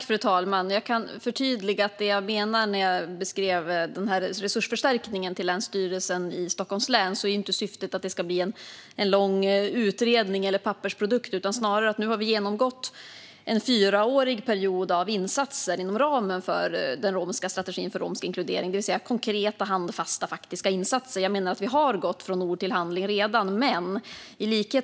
Fru talman! Jag kan förtydliga vad jag menade när jag beskrev resursförstärkningen till Länsstyrelsen i Stockholms län. Syftet är inte att det ska bli en lång utredning eller någon pappersprodukt. Vi har nu genomgått en fyraårig period av insatser inom ramen för den romska strategin för romsk inkludering, det vill säga konkreta, handfasta faktiska insatser. Jag menar alltså snarare att vi redan har gått från ord till handling.